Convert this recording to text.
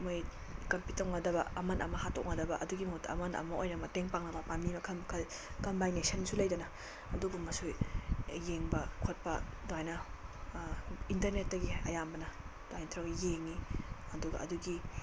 ꯃꯣꯏ ꯀꯝꯄꯤꯠ ꯇꯧꯅꯗꯕ ꯑꯃꯅ ꯑꯃ ꯍꯥꯠꯇꯣꯛꯅꯗꯕ ꯑꯗꯨꯒꯤ ꯃꯍꯨꯠꯇ ꯑꯃꯅ ꯑꯃ ꯑꯣꯏꯅ ꯃꯇꯦꯡ ꯄꯥꯡꯅꯕ ꯄꯥꯝꯕꯤ ꯃꯈꯜ ꯃꯈꯜ ꯀꯝꯕꯥꯏꯟꯅꯦꯁꯟꯁꯨ ꯂꯩꯗꯅ ꯑꯗꯨꯒꯨꯝꯕꯁꯨ ꯌꯦꯡꯕ ꯈꯣꯠꯄ ꯑꯗꯨꯃꯥꯏꯅ ꯏꯟꯇ꯭ꯔꯅꯦꯠꯇꯒꯤ ꯑꯌꯥꯝꯕꯅ ꯑꯗꯨꯃꯥꯏ ꯇꯧꯔ ꯌꯦꯡꯏ ꯑꯗꯨꯒ ꯑꯗꯨꯒꯤ